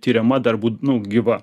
tiriama dar nu gyva